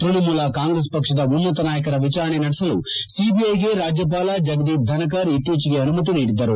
ತ್ಯಣಮೂಲ ಕಾಂಗ್ರೆಸ್ ಪಕ್ಷದ ಉನ್ನತ ನಾಯಕರ ವಿಚಾರಣೆ ನಡೆಸಲು ಸಿದಿಐಗೆ ರಾಜ್ಯಪಾಲ ಜಗದೀಪ್ ಧನಕರ್ ಇತ್ತೀಚೆಗೆ ಅನುಮತಿ ನೀಡಿದ್ದರು